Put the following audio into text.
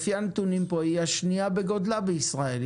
לפי הנתונים פה היא השנייה בגודלה בישראל,